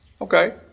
Okay